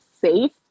safe